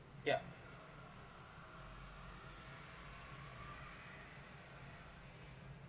yeah